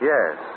Yes